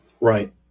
right